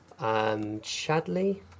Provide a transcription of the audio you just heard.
Chadley